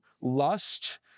lust